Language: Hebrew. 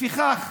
לפיכך,